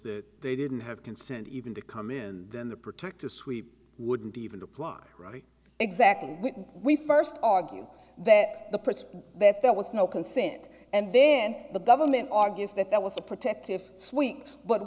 that they didn't have consent even to come in then the protect to sweep wouldn't even apply right exactly when we first argue that the person that there was no consent and then the government argued that there was a protective suite but